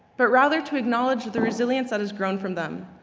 but rather to acknowledge the resilience that has grown from them,